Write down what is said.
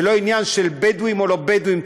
זה לא עניין של בדואים או לא בדואים,